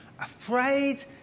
afraid